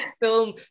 film